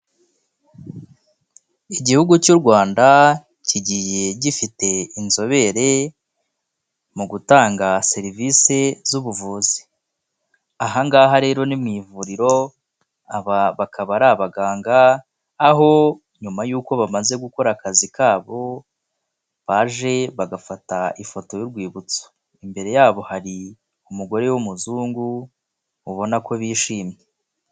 Igihugu cy'u Rwanda kigiye gifite inzobere mu gutanga serivise z'ubuvuzi. Aha ngaha rero ni mu ivuriro aba bakaba ari abaganga, aho nyuma y'uko bamaze gukora akazi kabo baje bagafata ifoto y'urwibutso, imbere yabo hari umugore w'umuzungu ubona ko bishimye.